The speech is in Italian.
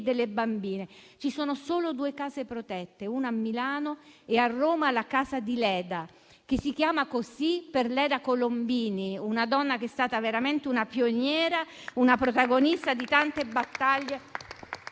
delle bambine. Ci sono solo due case protette, una a Milano e l'altra a Roma, la Casa di Leda, che si chiama così per Leda Colombini, una donna che è stata veramente una pioniera, una protagonista di tante battaglie